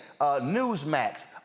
Newsmax